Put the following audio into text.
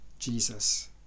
Jesus